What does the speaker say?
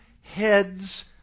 heads